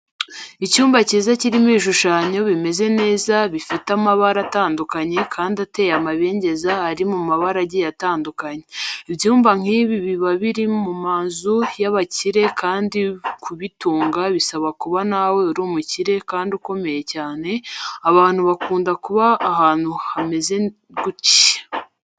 Icyumba kiza kirimo ibishushanyo bimeze neza, bifite amabara atandukanye kandi ateye amabengeza ari mu mabara agiye atandukanye. Ibyumba nk'ibi biba biri mu mazu y'abakire kandi kubitunga bisaba kuba nawe uri umukire kandi ukomeye cyane, abantu bakunda kuba ahantu hameze gutya.